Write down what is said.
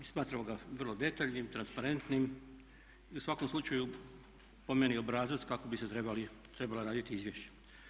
Smatramo ga vrlo detaljnim, transparentnim i u svakom slučaju po meni obrazac kako bi se trebala raditi izvješća.